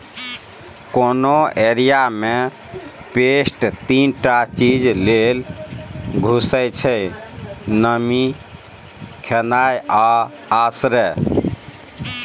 कोनो एरिया मे पेस्ट तीन टा चीज लेल घुसय छै नमी, खेनाइ आ आश्रय